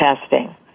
testing